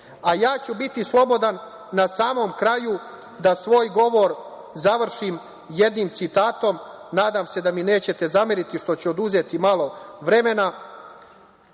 ću biti slobodan na samom kraju da svoj govor završim jednim citatom. Nadam se da mi nećete zameriti što ću oduzeti malo vremena.